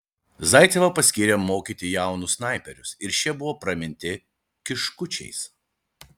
zaicevą paskyrė mokyti jaunus snaiperius ir šie buvo praminti kiškučiais